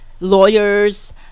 lawyers